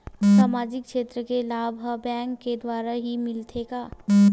सामाजिक क्षेत्र के लाभ हा बैंक के द्वारा ही मिलथे का?